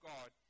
God